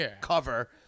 Cover